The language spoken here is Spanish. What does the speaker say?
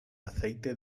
aceite